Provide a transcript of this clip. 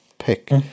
pick